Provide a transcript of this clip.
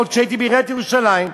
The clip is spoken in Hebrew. עוד כשהייתי בעיריית ירושלים,